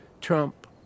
Trump